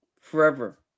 forever